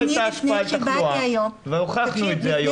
הייתה השפעה על התחלואה והוכחנו את זה היום --- תקשיב,